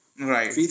right